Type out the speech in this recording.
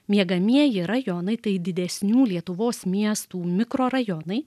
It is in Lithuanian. miegamieji rajonai tai didesnių lietuvos miestų mikrorajonai